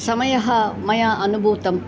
समयः मया अनुभूतम्